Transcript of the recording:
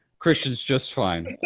christian's just fine. so